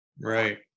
Right